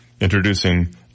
introducing